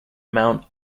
mount